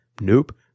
Nope